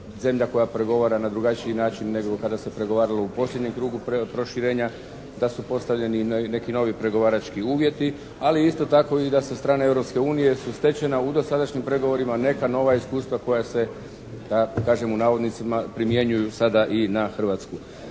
zemlja koja pregovara na drugačiji način nego kada se pregovaralo u posljednjem krugu proširenja, da su postavljeni i neki novi pregovarački uvjeti. Ali isto tako da se i sa strane Europske unije su stečena u dosadašnjim pregovorima neka nova iskustva koja se, kažem u navodnicima, primjenjuju sada i na Hrvatsku.